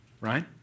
right